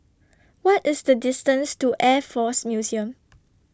What IS The distance to Air Force Museum